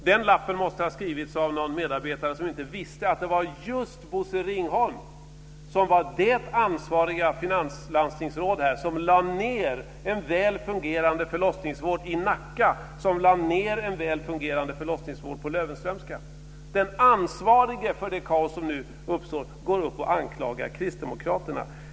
Den lappen måste ha skrivits av en medarbetare som inte visste att det var just Bosse Ringholm som var det ansvariga finanslandstingsrådet som lade ned en väl fungerande förlossningsvård i Nacka, som lade ned en väl fungerande förlossningsvård på Löwenströmska. Den ansvarige för det kaos som nu uppstår går upp och anklagar Kristdemokraterna.